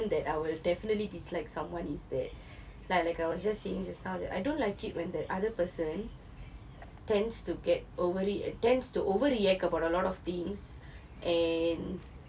there is one reason that I would have definitely dislike someone is that like like I was just saying just now that I don't like it when that other person tends to get overly tends to overreact about a lot of things and